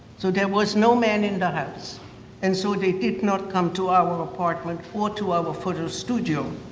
so there was no man in the house and so they did not come to our apartment or to our photo studio.